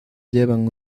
llevan